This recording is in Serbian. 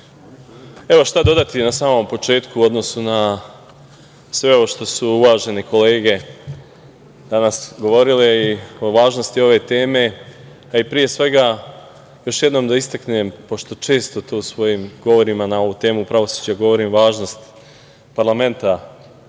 Evo šta dodati na samom početku u odnosu na ovo što su sve uvažene kolege danas govorile i o važnosti ove teme, a i pre svega, još jednom da istaknem, pošto često to u svojim govorima na ovu temu pravosuđa govorim, važnost parlamenta,